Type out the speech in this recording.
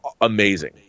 amazing